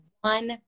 one